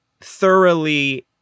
thoroughly